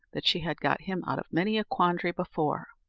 that she had got him out of many a quandary before.